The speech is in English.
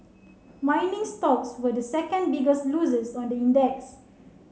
mining stocks were the second biggest losers on the index